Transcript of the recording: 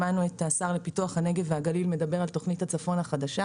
שמענו את השר לפיתוח הנגב והגליל מדבר על תכנית הצפון החדשה.